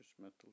metal